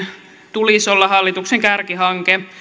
tulisi olla hallituksen kärkihanke